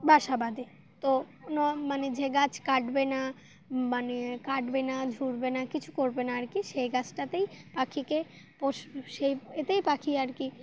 বাসা বাঁধে তো কোন মানে যে গাছ কাটবে না মানে কাটবে না ঝুরবে না কিছু করবে না আর কি সেই গাছটাতেই পাখিকে পোষ সেই এতেই পাখি আর কি